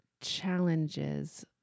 challenges